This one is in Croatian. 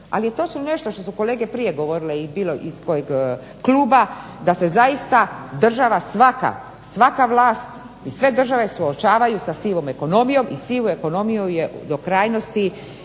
Ali je točno nešto što su kolege prije govorile iz bilo kojeg kluba da se zaista država svaka, svaka vlast i sve države suočavaju sa sivom ekonomijom i sivu ekonomiju je do krajnosti